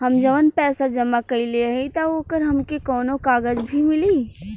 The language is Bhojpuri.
हम जवन पैसा जमा कइले हई त ओकर हमके कौनो कागज भी मिली?